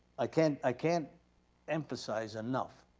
i can't i can't emphasize enough,